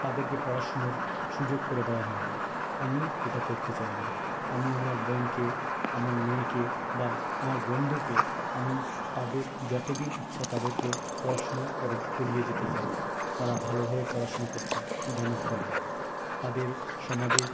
তাদেরকে পড়াশুনোর সুযোগ করে দেওয়া হয় না আমি এটা করতে চাই না আমি আমার বোনকে আমার মেয়েকে বা আমার বন্ধুকে আমি তাদের যত দিন ইচ্ছা তাদেরকে পড়াশুনো করিয়ে যেতে চাই তারা ভালোভাবে পড়াশুনো করতে যেন করে তাদের সমাজে